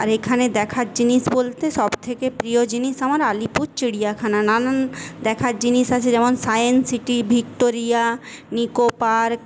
আর এখানে দেখার জিনিস বলতে সবথেকে প্রিয় জিনিস আমার আলিপুর চিড়িয়াখানা নানান দেখার জিনিস আছে যেমন science city Victoria Nicco park